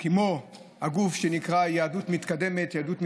כמו הגוף שנקרא יהדות מתקדמת, יהדות מתחדשת,